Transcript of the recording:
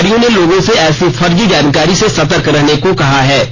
अधिकारियों ने लोगों से ऐसी फर्जी जानकारी से सतर्क रहने का कहा है